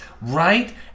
right